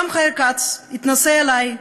השר חיים כץ התנשא עלי,